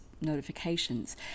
notifications